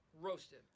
roasted